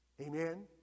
Amen